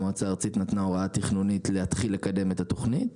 המועצה הארצית נתנה הוראה תכנונית להתחיל לקדם את התכנית,